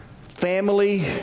family